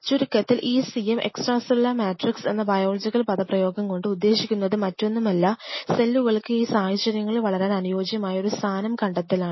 ചുരുക്കത്തിൽ ECM extra cellular matrix എന്ന biological പദപ്രയോഗം കൊണ്ട് ഉദ്ദേശിക്കുന്നത് മറ്റൊന്നുമല്ല സെല്ലുകൾക്ക് ഈ സാഹചര്യങ്ങളിൽ വളരാൻ അനുയോജ്യമായ ഒരു സ്ഥാനം കണ്ടെത്തലാണ്